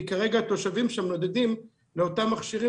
כרגע התושבים שם נודדים לאותם מכשירים